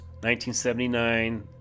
1979